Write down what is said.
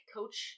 Coach